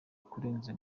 kurenza